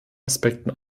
aspekten